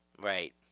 Right